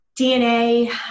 DNA